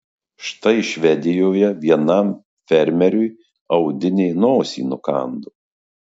štai švedijoje vienam fermeriui audinė nosį nukando